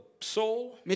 soul